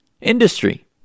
industry